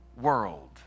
world